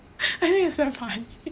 you know it's damn funny